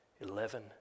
eleven